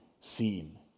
seen